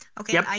Okay